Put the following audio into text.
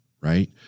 right